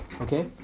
okay